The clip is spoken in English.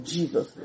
Jesus